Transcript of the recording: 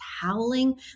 howling